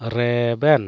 ᱨᱮᱵᱮᱱ